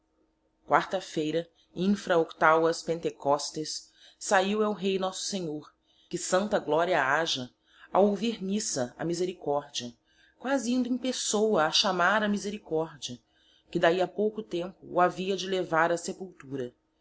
quarta feira infra octavas penthecostes sahio el rei nosso senhor que santa gloria aja a ouvir missa á misericordia quasi indo em pessoa a chamar a misericordia que d'ahi a pouco tempo o avia de levar á sepultura